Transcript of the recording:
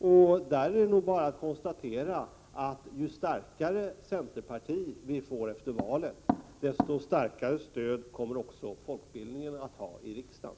I det avseendet är det nog bara att konstatera att ju starkare centerpartiet är efter valet, desto starkare stöd kommer folkbildningen att ha i riksdagen.